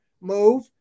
move